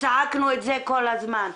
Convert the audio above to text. צעקנו את זה כל הזמן.